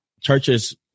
churches